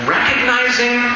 Recognizing